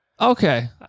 Okay